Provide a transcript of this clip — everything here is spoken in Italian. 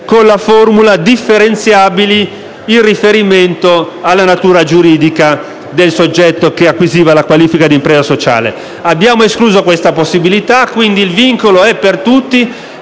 con la formula «differenziabili anche in base alla forma giuridica» del soggetto che acquisiva la qualifica di impresa sociale. Abbiamo escluso questa possibilità e, quindi, il vincolo è per tutti